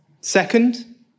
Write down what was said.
Second